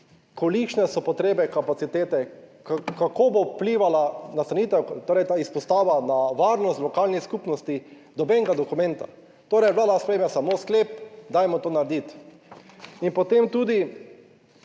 kolikšne so potrebe, kapacitete, kako bo vplivala nastanitev, torej ta izpostava na varnost lokalnih skupnosti, nobenega dokumenta. Torej Vlada sprejme samo sklep, dajmo to narediti, in potem tudi